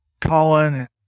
Colin